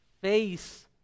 face